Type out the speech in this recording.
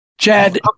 Chad